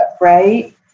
right